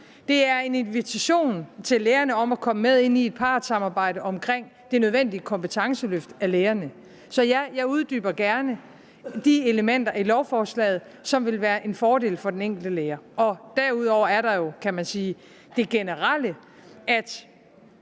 Det er en invitation til lærerne om at komme med ind i et partssamarbejde om det nødvendige kompetenceløft af lærerne. Så ja, jeg uddyber gerne de elementer i lovforslaget, som vil være en fordel for den enkelte lærer. Og derudover er der jo, kan man sige, det